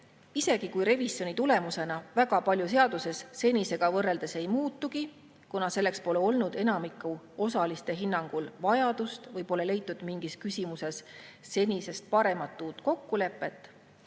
seaduses revisjoni tulemusena väga palju senisega võrreldes ei muutugi, kuna selleks pole olnud enamiku osaliste hinnangul vajadust või pole leitud mingis küsimuses uut, senisest paremat kokkulepet,